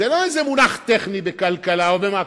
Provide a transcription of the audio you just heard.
זה לא איזה מונח טכני בכלכלה או במקרו-כלכלה.